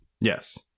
Yes